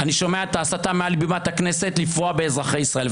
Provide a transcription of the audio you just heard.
אני שומע את ההסתה מעל בימת הכנסת לפרוע באזרחי ישראל.